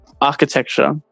architecture